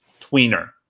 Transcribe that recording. tweener